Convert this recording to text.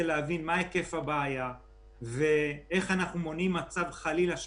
להבין מה היקף הבעיה ואיך אנחנו מונעים חלילה מצב